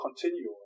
continue